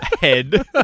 head